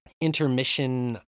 intermission